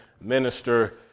minister